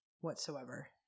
whatsoever